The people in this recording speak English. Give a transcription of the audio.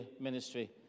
ministry